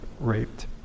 raped